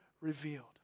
revealed